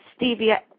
stevia